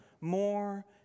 more